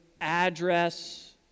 address